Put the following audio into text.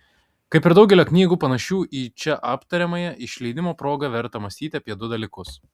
kaip ir daugelio knygų panašių į čia aptariamąją išleidimo proga verta mąstyti apie du dalykus